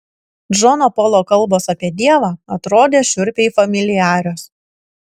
džono polo kalbos apie dievą atrodė šiurpiai familiarios